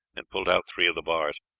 and pulled out three of the bars.